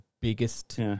Biggest